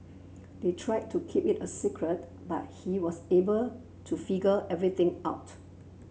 they tried to keep it a secret but he was able to figure everything out